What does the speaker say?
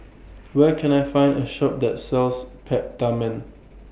Where Can I Find A Shop that sells Peptamen